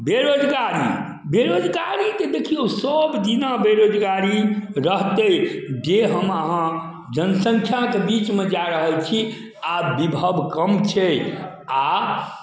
बेरोजगारी बेरोजगारी तऽ देखियौ सब दिना बेरोजगारी रहतै जे हम अहाँ जनसंख्याके बीचमे जा रहल छी आ बिभव कम छै आ